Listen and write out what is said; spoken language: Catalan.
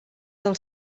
del